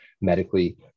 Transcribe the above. medically